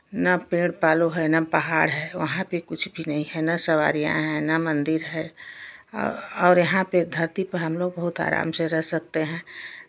ना पेड़ पालो है ना पहाड़ है वहाँ पे कुछ भी नहीं है ना सवारियाँ है ना मन्दिर है और यहाँ पे धरती पे हमलोग बहुत आराम से रह सकते हैं